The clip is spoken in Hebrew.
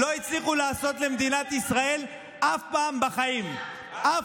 במשך 75 שנה האויבים שלנו מנסים אותנו,